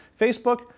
Facebook